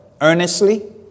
earnestly